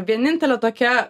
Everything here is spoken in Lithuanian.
vienintelė tokia